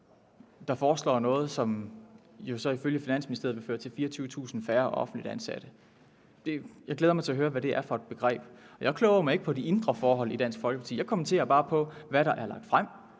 der foreslår noget, som ifølge Finansministeriet jo vil føre til 24.000 færre offentligt ansatte. Jeg glæder mig til at høre, hvad det er for et begreb. Jeg kloger mig ikke på de indre forhold i Dansk Folkeparti. Jeg kommenterer bare, hvad der er lagt frem.